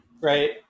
right